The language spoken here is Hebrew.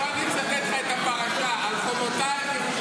בוא אני אצטט לך את הפרשה: "על חומותיך ירושלם",